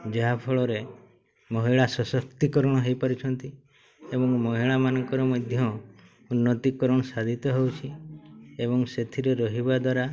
ଯାହାଫଳରେ ମହିଳା ସଶକ୍ତିକରଣ ହେଇପାରୁଛନ୍ତି ଏବଂ ମହିଳାମାନଙ୍କର ମଧ୍ୟ ଉନ୍ନତିକରଣ ସାଧିତ ହେଉଛି ଏବଂ ସେଥିରେ ରହିବା ଦ୍ୱାରା